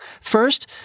First